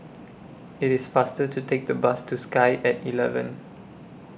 IT IS faster to Take The Bus to Sky At eleven